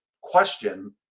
question